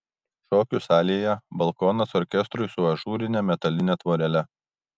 šokių salėje balkonas orkestrui su ažūrine metaline tvorele